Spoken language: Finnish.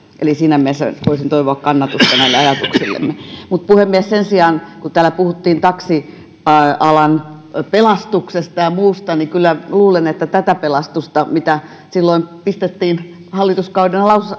eli siinä mielessä voisin toivoa kannatusta näille ajatuksillemme mutta sen sijaan puhemies kun täällä puhuttiin taksialan pelastuksesta ja muusta kyllä luulen että tätä pelastusta mitä pistettiin silloin hallituskauden